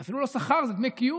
זה אפילו לא שכר, זה דמי קיום.